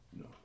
No